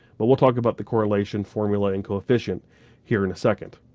but we'll talk about the correlation formulating coefficient here in a second.